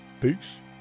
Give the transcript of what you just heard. Peace